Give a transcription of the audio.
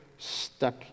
Stuck